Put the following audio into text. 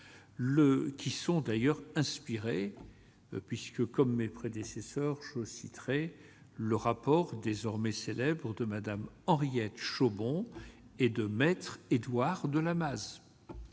qui sont d'ailleurs inspirés puisque comme mes prédécesseurs, je suis aussi très le rapport désormais célèbre de Madame Henriette chaud bon et de Me Édouard de Lamaze,